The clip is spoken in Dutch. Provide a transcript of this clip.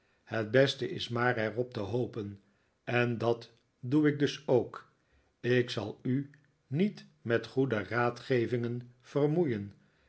het beste is maar er op te hopen en dat doe ik dus ook ik zal u niet met goede raadgevingen vermoeien